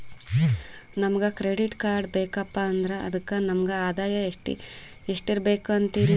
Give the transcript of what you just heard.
ನಮಗ credit card ಬೇಕಪ್ಪ ಅಂದ್ರ ಅದಕ್ಕ ನಮಗ ಆದಾಯ ಎಷ್ಟಿರಬಕು ಅಂತೀರಿ?